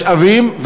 משאבים,